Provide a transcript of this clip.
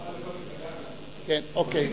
אוקיי.